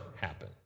happen